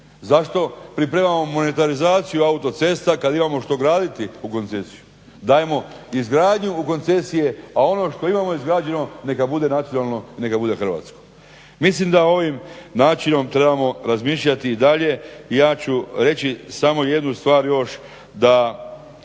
Zašto pripremamo monetarizaciju autocesta kad imamo što graditi u koncesiju. Dajmo izgradnju u koncesije, a ono što imamo izgrađeno neka bude nacionalno, neka bude hrvatsko. Mislim da ovim načinom trebamo razmišljati i dalje i ja ću reći samo jednu stvar još, da